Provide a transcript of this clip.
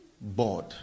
board